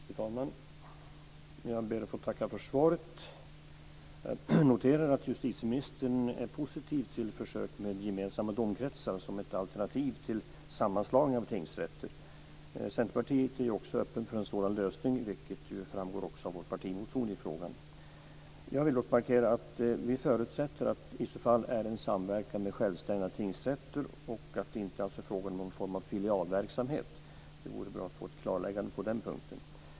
Fru talman! Jag ber att få tacka för svaret. Jag noterar att justitieministern är positiv till försök med gemensamma domkretsar som ett alternativ till sammanslagning av tingsrätter. Centerpartiet är också öppet för en sådan lösning, vilket framgår av vår partimotion i frågan. Jag vill dock markera att vi förutsätter att det i så fall är en samverkan med självständiga tingsrätter och att det alltså inte är fråga om någon form av filialverksamhet. Det vore bra att få ett klarläggande på den punkten.